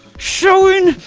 showing.